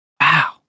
Wow